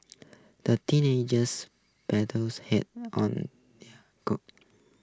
the teenagers paddles hard on goat